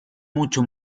mucho